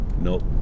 nope